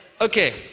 Okay